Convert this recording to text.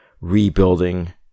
rebuilding